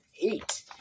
eight